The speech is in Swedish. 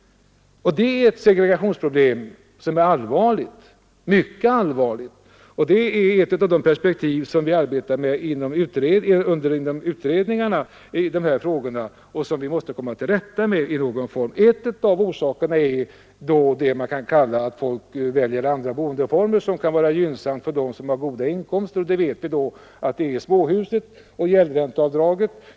Och det är ett mycket allvarligt segregationsproblem. Det är också ett av de perspektiv som vi arbetar med inom utredningarna i dessa frågor och som vi måste komma till rätta med på något sätt. En av orsakerna till denna förändring är att människor med goda inkomster väljer andra och för dem mycket gynnsamma boendeformer. Vi vet att det är småhusen och gäldränteavdragen.